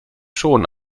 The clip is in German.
schon